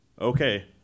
okay